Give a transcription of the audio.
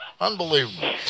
Unbelievable